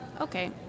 okay